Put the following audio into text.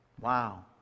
Wow